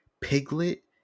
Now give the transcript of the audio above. Piglet